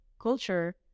culture